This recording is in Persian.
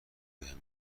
بهم